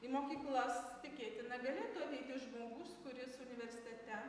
į mokyklas tikėtina galėtų ateiti žmogus kuris universitete